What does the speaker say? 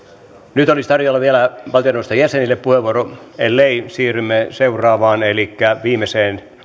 nyt olisi tarjolla vielä valtioneuvoston jäsenille puheenvuoro ellei siirrymme seuraavaan elikkä viimeiseen